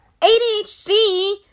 ADHD